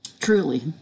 truly